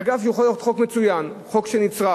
אגב, הוא יכול להיות חוק מצוין, חוק שנצרך.